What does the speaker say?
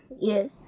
yes